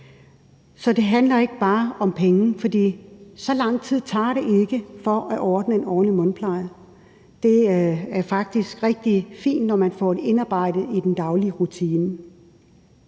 så det handler ikke bare om penge. For så lang tid tager det ikke at ordne en ordentlig mundpleje, og det er faktisk rigtig fint, når man får det indarbejdet i den daglige rutine.